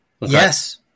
Yes